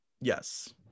Yes